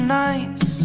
nights